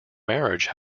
marriage